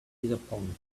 disappointed